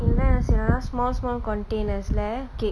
இங்க என்ன செய்ரா:inga enna seira small small containers lah cake